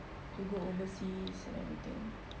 go overseas and everything